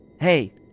Hey